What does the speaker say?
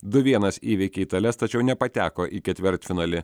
du vienas įveikė itales tačiau nepateko į ketvirtfinalį